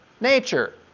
nature